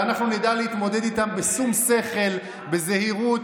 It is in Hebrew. ואנחנו נדע להתמודד איתם בשום שכל ובזהירות